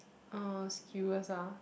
uh skewers ah